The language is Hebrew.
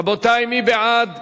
רבותי, מי בעד?